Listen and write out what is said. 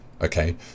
Okay